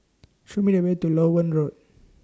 Show Me The Way to Loewen Road